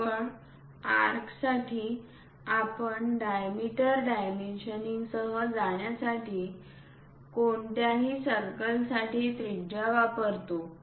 केवळ आर्कसाठी आपण डायमीटर डायमेन्शनिंगसह जाण्यासाठी कोणत्याही सर्कलसाठी त्रिज्या वापरतो